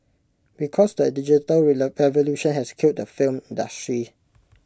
because the digital evolution has killed the film industry